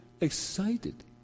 excited